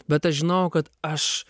bet aš žinojau kad aš